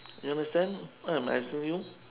you understand what I am asking you